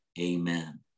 Amen